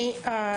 תודה.